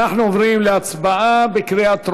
אנחנו עוברים להצבעה בקריאה טרומית.